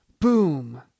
Boom